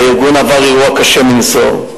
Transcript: הארגון עבר אירוע קשה מנשוא.